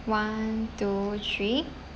one two three